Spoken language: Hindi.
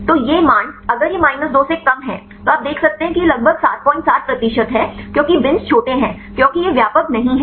तो ये मान अगर यह माइनस 2 से कम है तो आप देख सकते हैं कि यह लगभग 77 प्रतिशत है क्योंकि बिन्स छोटे हैं क्योंकि यह व्यापक नहीं है